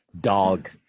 dog